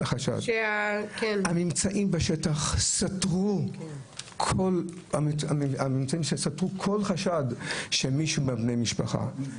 הממצאים בשטח סתרו כל חשד שמישהו מבני המשפחה.